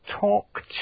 talk